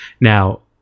Now